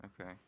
Okay